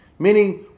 Meaning